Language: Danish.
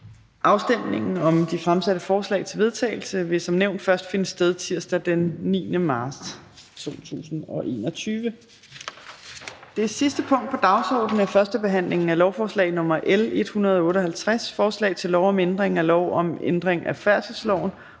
Afstemning om de fremsatte forslag til vedtagelse vil som nævnt først finde sted tirsdag den 9. marts 2021. --- Det sidste punkt på dagsordenen er: 8) 1. behandling af lovforslag nr. L 158: Forslag til lov om ændring af lov om ændring af færdselsloven